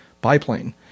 biplane